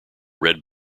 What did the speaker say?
red